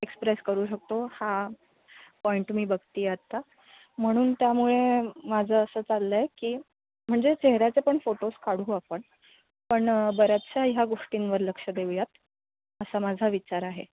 express करू शकतो हा पॉईंट मी बघते आहे आत्ता म्हणून त्यामुळे माझं असं चाललं आहे की म्हणजे चेहऱ्याचे पण फोटोज काढू आपण पण बऱ्याचश्या ह्या गोष्टींवर लक्ष देऊयात असा माझा विचार आहे